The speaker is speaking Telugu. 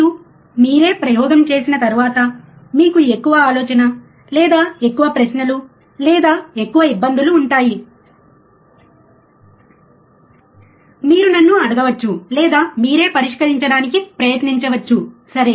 మీరు మీరే ప్రయోగం చేసిన తర్వాత మీకు ఎక్కువ ఆలోచన లేదా ఎక్కువ ప్రశ్నలు లేదా ఎక్కువ ఇబ్బందులు ఉంటాయి మీరు నన్ను అడగవచ్చు లేదా మీరే పరిష్కరించడానికి ప్రయత్నించవచ్చు సరే